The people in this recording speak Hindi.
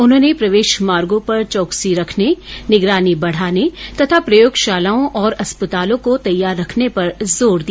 उन्होंने प्रवेश मार्गों पर चौकसी रखने निगरानी बढ़ाने तथा प्रयोगशालाओं और अस्पतालों को तैयार रखने पर जोर दिया